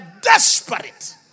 desperate